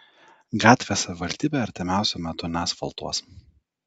gatvės savivaldybė artimiausiu metu neasfaltuos